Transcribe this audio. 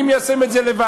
אני מיישם את זה לבד.